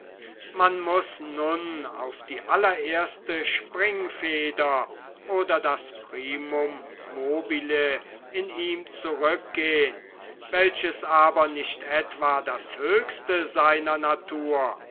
man muß nun auf die allererste springfeder oder das primum inodils in ihm zurückgehen welches aber nicht etwa das höchste seiner natur